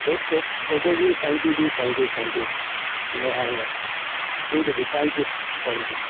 okay جی thank you جی thank you thank you میں آؤں گا ٹھیک ہے جی تھینک یو تھینک یو